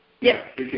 Yes